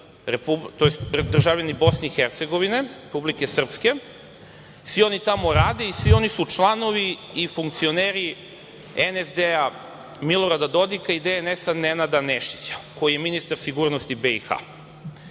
49 su državljani Bosne i Hercegovine, Republike Srpske. Svi oni tamo rade i svi oni su članovi i funkcioneri SNSDA Milorada Dodika i DNS Nenada Nešića, koji je ministar sigurnosti BiH.